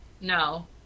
No